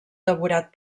devorat